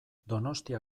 donostia